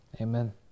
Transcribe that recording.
Amen